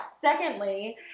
Secondly